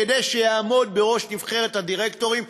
כדי שיעמוד בראש נבחרת הדירקטורים,